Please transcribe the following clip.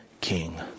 King